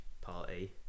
Party